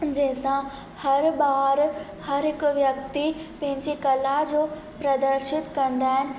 जंहिंसां हर ॿारु हर हिकु व्यक्ति पंहिंजे कला जो प्रदर्शित कंदा आहिनि